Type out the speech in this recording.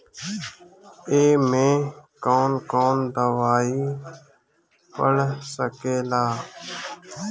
ए में कौन कौन दवाई पढ़ सके ला?